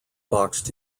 boxed